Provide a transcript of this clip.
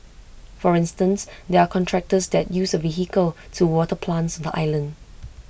for instance there are contractors that use A vehicle to water plants on the island